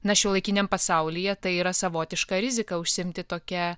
na šiuolaikiniam pasaulyje tai yra savotiška rizika užsiimti tokia